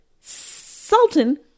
Sultan